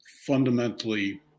fundamentally